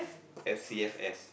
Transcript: S_C_F_S